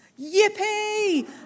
yippee